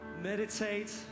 meditate